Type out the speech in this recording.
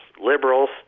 liberals